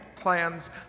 plans